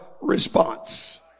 response